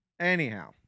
Anyhow